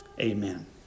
Amen